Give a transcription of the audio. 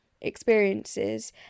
experiences